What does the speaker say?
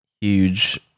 huge